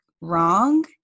wrong